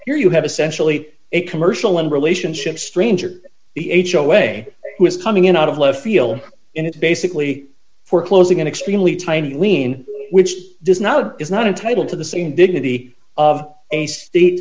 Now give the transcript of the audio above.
here you have essentially a commercial and relationship stranger the h o way coming in out of left field and it's basically foreclosing an extremely tiny ween which does not is not entitled to the same dignity of a state